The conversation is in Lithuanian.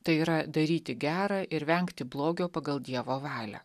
tai yra daryti gera ir vengti blogio pagal dievo valią